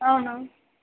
అవును